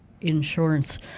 insurance